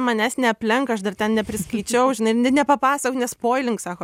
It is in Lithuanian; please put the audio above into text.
manęs neaplenk aš dar ten nepriskaičiau žinai ir ne nepapasakok nespoilink sako